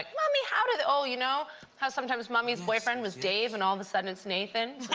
like, mommy, how do they? oh, you know how sometimes mommy's boyfriend was dave and all of a sudden it's nathan?